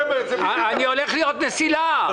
אני הולך להיות נשיא לה"ב...